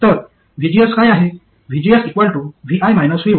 तर vgs काय आहे vgs vi vo